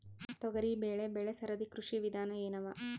ತೊಗರಿಬೇಳೆ ಬೆಳಿ ಸರದಿ ಕೃಷಿ ವಿಧಾನ ಎನವ?